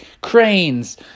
cranes